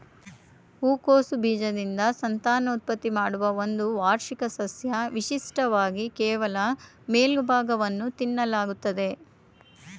ಹೂಕೋಸು ಬೀಜದಿಂದ ಸಂತಾನೋತ್ಪತ್ತಿ ಮಾಡುವ ಒಂದು ವಾರ್ಷಿಕ ಸಸ್ಯ ವಿಶಿಷ್ಟವಾಗಿ ಕೇವಲ ಮೇಲ್ಭಾಗವನ್ನು ತಿನ್ನಲಾಗ್ತದೆ